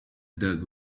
dog